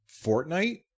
Fortnite